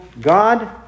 God